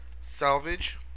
Salvage